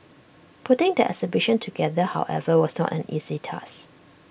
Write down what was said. putting the exhibition together however was not an easy task